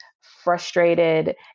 frustrated